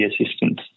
assistance